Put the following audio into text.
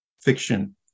Fiction